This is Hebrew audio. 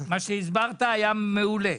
מה שהסברת היה מעולה.